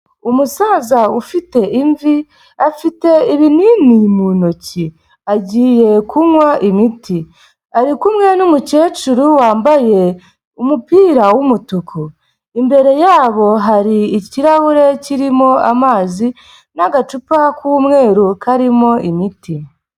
Umusaza ufite imvi afite ibinini mu ntoki agiye kunywa imiti, ari kumwe n'umukecuru wambaye umupira w’umutuku. Imbere yabo hari ikirahure kirimo amazi n'agacupa k'umweru karimo imiti.